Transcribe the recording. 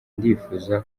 ndifuza